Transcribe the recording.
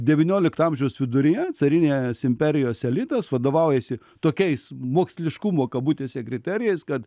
devyniolikto amžiaus viduryje carinės imperijos elitas vadovaujasi tokiais moksliškumo kabutėse kriterijais kad